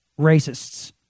racists